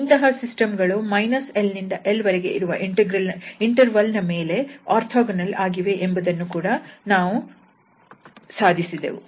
ಇಂತಹ ಸಿಸ್ಟಮ್ ಗಳು l ನಿಂದ l ವರೆಗೆ ಇರುವ ಇಂಟರ್ವಲ್ ನ ಮೇಲೆ ಓರ್ಥೋಗೊನಲ್ ವಾಗಿವೆ ಎಂಬುದನ್ನು ಸಹ ನಾವು ಸಾಧಿಸಿದೆವು